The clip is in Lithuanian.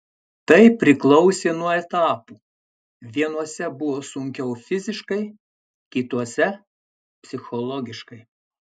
tai priklausė nuo etapų vienuose buvo sunkiau fiziškai kituose psichologiškai